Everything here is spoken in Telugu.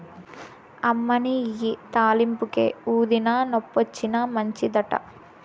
అమ్మనీ ఇయ్యి తాలింపుకే, ఊదినా, నొప్పొచ్చినా మంచిదట